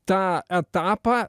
tą etapą